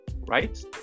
right